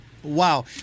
Wow